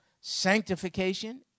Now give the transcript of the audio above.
sanctification